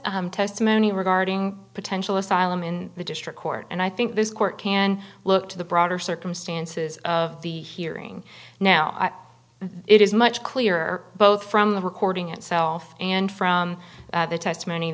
testimony regarding potential asylum in the district court and i think this court can look to the broader circumstances of the hearing now it is much clearer both from the recording itself and from the testimony